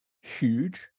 huge